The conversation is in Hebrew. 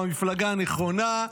מהמפלגה הנכונה.